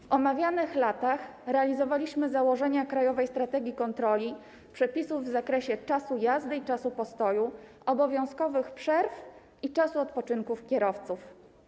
W omawianych latach realizowaliśmy założenia krajowej strategii kontroli przepisów w zakresie czasu jazdy i czasu postoju, obowiązkowych przerw i czasu odpoczynku kierowców.